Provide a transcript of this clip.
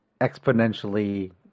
exponentially